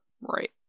Right